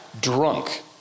drunk